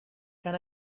can